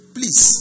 Please